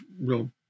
real